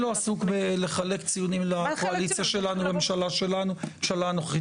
בלחלק ציונים לממשלה הנוכחית.